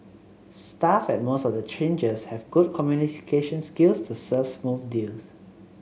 staff at most of the changers have good communication skills to serve smooth deal